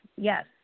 Yes